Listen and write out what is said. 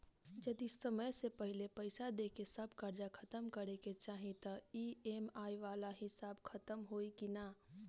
जदी समय से पहिले पईसा देके सब कर्जा खतम करे के चाही त ई.एम.आई वाला हिसाब खतम होइकी ना?